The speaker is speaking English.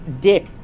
Dick